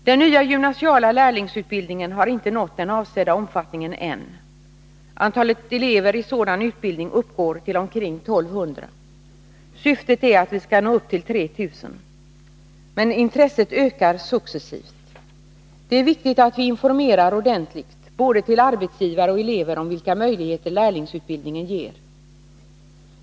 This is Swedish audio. Den nya gymnasiala lärlingsutbildningen har inte nått den avsedda omfattningen än. Antalet elever i sådan utbildning uppgår till omkring 1 200. Syftet är att vi skall nå upp till 3 000. Men intresset ökar successivt. Det är viktigt att vi ordentligt informerar både arbetsgivare och elever om vilka möjligheter lärlingsutbildningen ger.